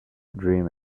dream